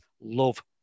love